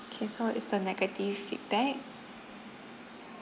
K so is the negative feedback